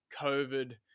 COVID